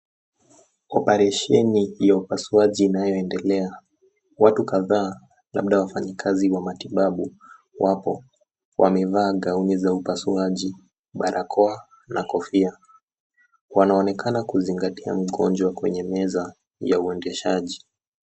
Oparesheni ya upasuaji inayoendelea, watu kadhaa labda wafanyikazi wa matibabu, wapo wamevaa gauni za upasuaji, barakoa na kofia. Wanaonekana kuzingatia mgonjwa kwenye meza ya uendeshaji.